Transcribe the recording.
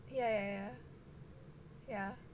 yeah yeah